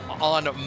on